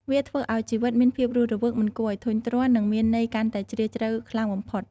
វាធ្វើឱ្យជីវិតមានភាពរស់រវើក មិនគួរឱ្យធុញទ្រាន់ និងមានន័យកាន់តែជ្រាលជ្រៅខ្លាំងបំផុត។